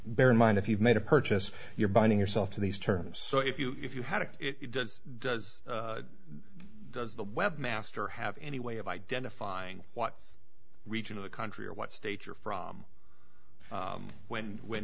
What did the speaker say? bear in mind if you've made a purchase you're binding yourself to these terms so if you if you had it does the webmaster have any way of identifying what region of the country or what state you're from when when